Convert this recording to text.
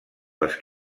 les